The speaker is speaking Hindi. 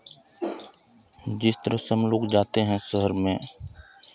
जिस तरह से हमलोग जाते हैं शहर में